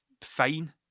fine